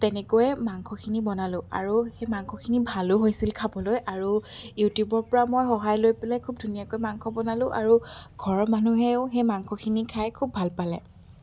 তেনেকৈয়ে মাংসখিনি বনালোঁ আৰু সেই মাংসখিনি ভালো হৈছিল খাবলৈ আৰু ইউটিউবৰ পৰা মই সহায় লৈ পেলাই খুব ধুনীয়াকৈ মাংস বনালোঁ আৰু ঘৰৰ মানুহেও সেই মাংসখিনি খাই খুব ভাল পালে